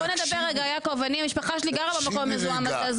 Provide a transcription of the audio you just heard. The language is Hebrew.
בוא נדבר רגע יעקב המשפחה שלי גרה במקום המזוהם הזה,